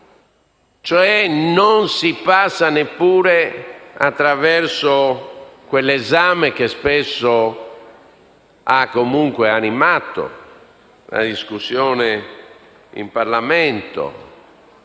cioè non passando neppure attraverso quell'esame, che spesso ha animato la discussione in Parlamento,